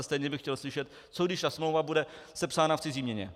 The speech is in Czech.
Stejně bych chtěl slyšet, co když ta smlouva bude sepsána v cizí měně?